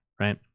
right